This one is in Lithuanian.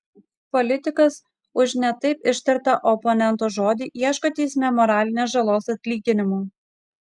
politikas už ne taip ištartą oponento žodį ieško teisme moralinės žalos atlyginimo